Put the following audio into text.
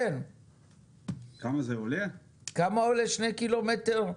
כמה עולה 2 קילומטר?